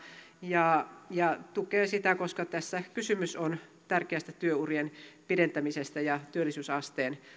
ja tarkoituksenmukaisena ja tukee sitä koska tässä kysymys on tärkeästä työurien pidentämisestä ja työllisyysasteen